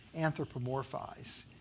anthropomorphize